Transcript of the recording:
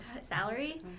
salary